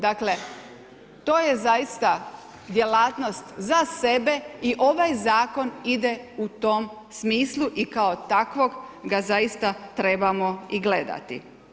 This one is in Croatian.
Dakle, to je zaista djelatnost za sebe i ovaj zakon ide u tom smislu i kao takvog ga zaista trebamo i gledati.